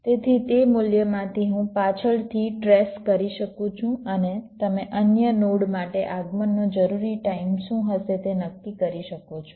તેથી તે મૂલ્યમાંથી હું પાછળથી ટ્રેસ કરી શકું છું અને તમે અન્ય નોડ માટે આગમનનો જરૂરી ટાઈમ શું હશે તે નક્કી કરી શકો છો